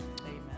Amen